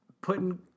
putting